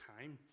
time